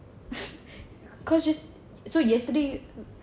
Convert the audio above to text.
cause just so yesterday